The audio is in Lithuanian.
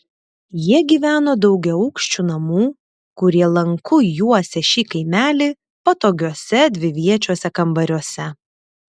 jie gyveno daugiaaukščių namų kurie lanku juosė šį kaimelį patogiuose dviviečiuose kambariuose